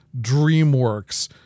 DreamWorks